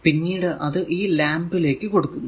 പിന്നീട് അത് ഈ ലാംപ് ലേക്ക് കൊടുക്കുന്നു